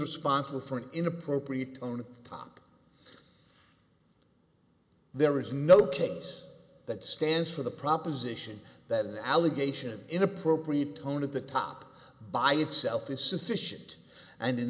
responsible for an inappropriate on top there is no case that stands for the proposition that an allegation in appropriate tone at the top by itself is sufficient and in